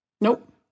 Nope